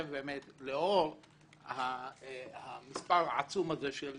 לאור המספר העצום הזה של